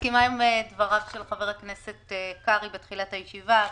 מסכימה עם דבריו של חבר הכנסת קרעי בתחילת הישיבה.